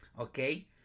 Okay